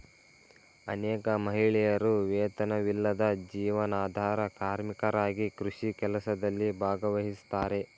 ಅನೇಕ ಮಹಿಳೆಯರು ವೇತನವಿಲ್ಲದ ಜೀವನಾಧಾರ ಕಾರ್ಮಿಕರಾಗಿ ಕೃಷಿ ಕೆಲಸದಲ್ಲಿ ಭಾಗವಹಿಸ್ತಾರೆ